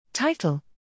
Title